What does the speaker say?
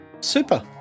Super